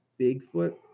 Bigfoot